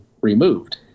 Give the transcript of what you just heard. removed